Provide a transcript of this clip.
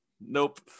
Nope